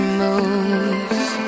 moves